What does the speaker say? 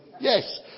Yes